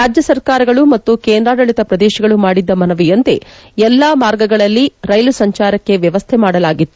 ರಾಜ್ಯ ಸರ್ಕಾರಗಳು ಮತ್ತು ಕೇಂದ್ರಾಡಳಿತ ಪ್ರದೇಶಗಳು ಮಾಡಿದ್ದ ಮನವಿಯಂತೆ ಎಲ್ಲಾ ಮಾರ್ಗಗಳಲ್ಲಿ ರೈಲು ಸಂಚಾರಕ್ಕೆ ವ್ಲವಸ್ಥೆ ಮಾಡಲಾಗಿತ್ತು